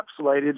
encapsulated